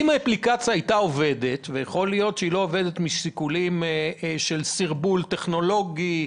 האפליקציה אולי לא עבדה משיקולים של סרבול טכנולוגי,